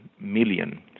million